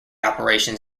operations